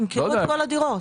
ימכרו את כל הדירות.